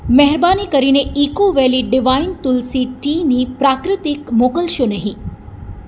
મહેરબાની કરીને eco valley divine Tulsi ટીની પ્રાકૃતિક મોકલશો નહીં